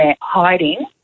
hiding